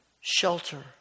shelter